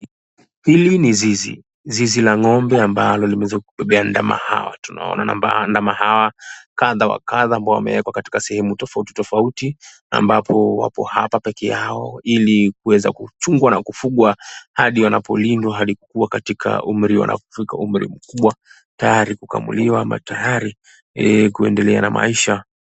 Hili ni zizi. Zizi la ng'ombe ambalo limeweza kubebea ndama hawa tunaona ndama hawa kadha wa kadha ambao wamewekwa katika sehemu tofauti tofauti ambapo wapo hapa pekeyao ili kuweza kuchungwa na kufugwa hadi wanapolindwa hadi kukua katika umri wanapofika umri mkubwa tayari kukamuliwa ama tayari kuendelea na maisha.